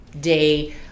day